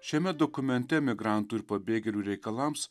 šiame dokumente migrantų ir pabėgėlių reikalams